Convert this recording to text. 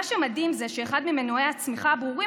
מה שמדהים זה שאחד ממנועי הצמיחה הברורים